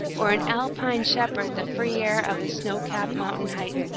or an alpine shepherd the free air of his snow-capped mountain heights.